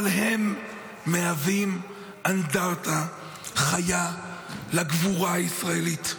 אבל הם מהווים אנדרטה חיה לגבורה הישראלית.